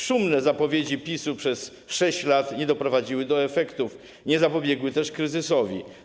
Szumne zapowiedzi PiS-u przez 6 lat nie doprowadziły do efektów, nie zapobiegły też kryzysowi.